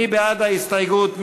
מי בעד ההסתייגות?